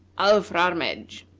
alfrarmedj.